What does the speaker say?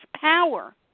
power